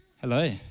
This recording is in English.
Hello